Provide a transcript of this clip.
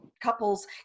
couples